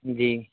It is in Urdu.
جی